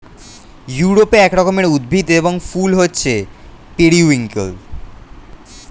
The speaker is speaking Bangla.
ইউরোপে এক রকমের উদ্ভিদ এবং ফুল হচ্ছে পেরিউইঙ্কেল